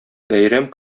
бәйрәм